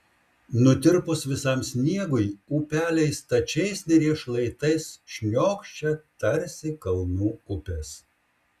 nutirpus visam sniegui upeliai stačiais neries šlaitais šniokščia tarsi kalnų upės